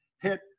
hit